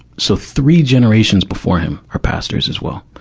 so, three generations before him are pastors as well,